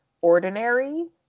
Ordinary